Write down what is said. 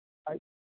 ꯑꯩ